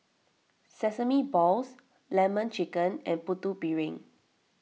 Sesame Balls Lemon Chicken and Putu Piring